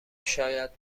شاید